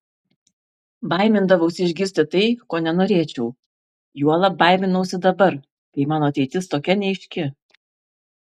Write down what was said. baimindavausi išgirsti tai ko nenorėčiau juolab baiminausi dabar kai mano ateitis tokia neaiški